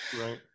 Right